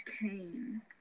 cane